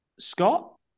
Scott